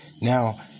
Now